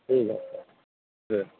ঠিক আছে ঠিক আছে